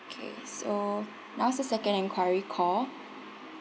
okay so now's the second enquiry call